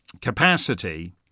capacity